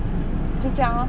就这样 lor